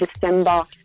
December